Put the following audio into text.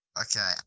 Okay